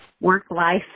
work-life